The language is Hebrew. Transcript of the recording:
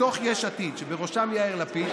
מתוך יש עתיד, שבראשם יאיר לפיד,